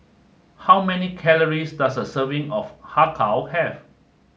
how many calories does a serving of Har Kow have